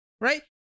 Right